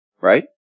right